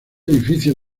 edificio